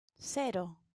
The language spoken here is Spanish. cero